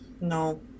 no